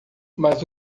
mas